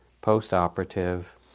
post-operative